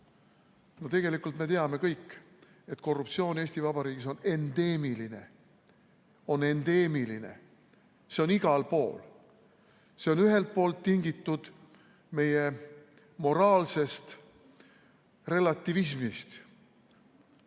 aksioom. Tegelikult me teame kõik, et korruptsioon Eesti Vabariigis on endeemiline. Endeemiline! See on igal pool. See on ühelt poolt tingitud meie moraalsest relativismist.